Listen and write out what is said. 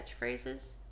catchphrases